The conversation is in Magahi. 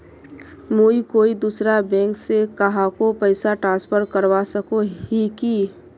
मुई कोई दूसरा बैंक से कहाको पैसा ट्रांसफर करवा सको ही कि?